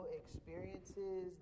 experiences